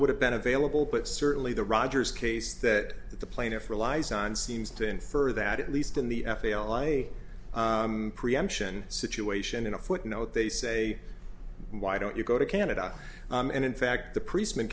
would have been available but certainly the rogers case that the plaintiff relies on seems to infer that at least in the f a l i preemption situation in a footnote they say why don't you go to canada and in fact the p